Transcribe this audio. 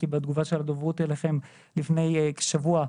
כי בתגובה של הדוברות שלכם לפני כשבוע ימים,